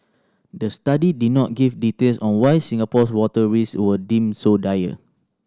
the study did not give details on why Singapore's water risks were deemed so dire